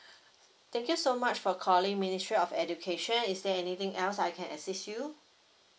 thank you so much for calling ministry of education is there anything else I can assist you